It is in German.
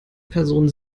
person